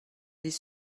les